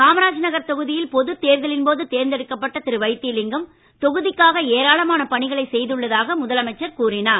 காமராஜ் நகர் தொகுதியில் பொது தேர்தலின் போது தேர்ந்தெடுக்கப்பட்ட திரு வைத்திலிங்கம் தொகுதிக்காக ஏராளமான பணிகளை செய்துள்ளதாக முதலமைச்சர் கூறினார்